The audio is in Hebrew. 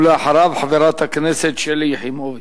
ואחריו, חברת הכנסת שלי יחימוביץ.